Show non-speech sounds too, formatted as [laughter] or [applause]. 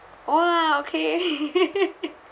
!wah! okay [laughs]